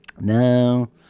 No